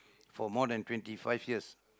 for more than twenty five years